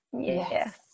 Yes